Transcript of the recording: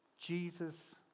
Jesus